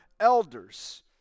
Elders